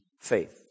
faith